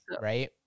right